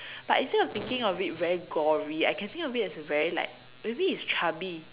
but instead of thinking of it very gory I can think of it as a very like maybe it's chubby